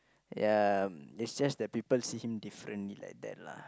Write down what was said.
ya it's just the people see him differently like that lah